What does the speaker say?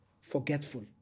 forgetful